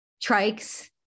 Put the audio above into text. Trikes